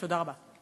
תודה רבה.